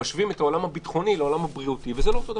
משווים את העולם הביטחוני לעולם הבריאותי זה לא אותו דבר.